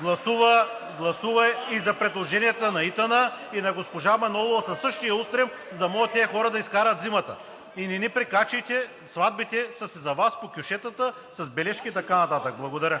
гласува и за предложенията на ИТН, и на госпожа Манолова със същия устрем, за да могат тези хора да изкарат зимата. И не ни прикачвайте – сватбите са си за Вас по кюшетата, с бележки и така нататък. Благодаря.